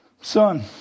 son